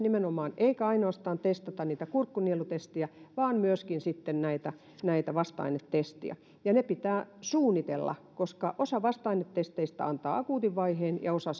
tehdä nimenomaan ei ainoastaan niitä kurkku nielutestejä vaan myöskin sitten vasta ainetestejä ja ne pitää suunnitella koska osa vasta ainetesteistä antaa akuutissa vaiheessa ja osa